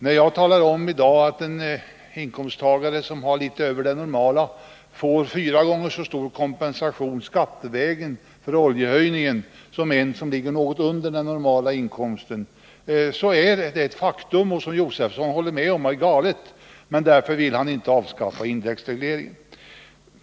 När jag i dag talar om att en inkomsttagare som har litet över normal inkomst får fyra gånger så stor kompensation skattevägen för oljehöjningen som en som har något under normal inkomst, så är det ett faktum, och Stig Josefson håller med om att det är galet. Men ändå vill han inte avskaffa indexregleringen.